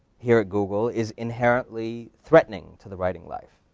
here at google, is inherently threatening to the writing life.